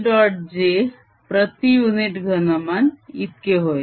j प्रती unit घनमान इतके होय